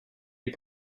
est